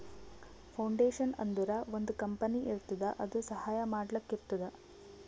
foundation ಅಂದುರ್ ಒಂದ್ company ಇರ್ತುದ್ ಅದು ಸಹಾಯ ಮಾಡ್ಲಕ್ ಇರ್ತುದ್